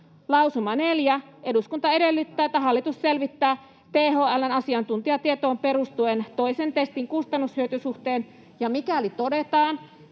Lausuma 4: ”Eduskunta edellyttää, että hallitus selvittää THL:n asiantuntijatietoon perustuen toisen testin kustannus—hyöty-suhteen, ja mikäli todetaan,